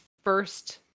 first